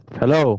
hello